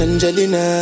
Angelina